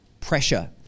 pressure